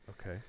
Okay